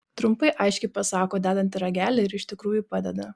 trumpai aiškiai pasako dedanti ragelį ir iš tikrųjų padeda